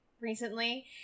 recently